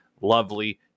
lovely